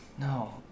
No